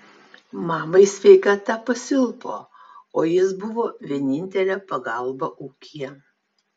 mamai sveikata pasilpo o jis buvo vienintelė pagalba ūkyje